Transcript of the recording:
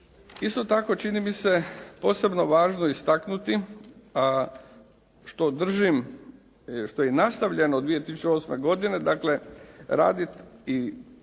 Isto tako, čini mi se posebno važno istaknuti a što držim što je i nastavljeno u 2008. godini raditi,